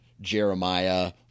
Jeremiah